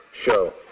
show